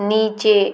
नीचे